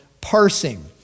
parsing